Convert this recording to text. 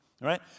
Right